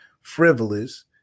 frivolous